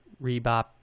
Rebop